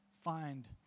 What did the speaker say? find